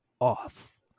off